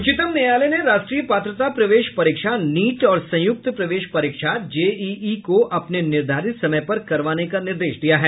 उच्चतम न्यायालय ने राष्ट्रीय पात्रता प्रवेश परीक्षा नीट और संयुक्त प्रवेश परीक्षा जेईई को अपने निर्धारित समय पर करवाने का निर्देश दिया है